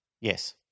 Yes